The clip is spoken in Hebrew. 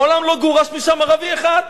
מעולם לא גורש משם ערבי אחד.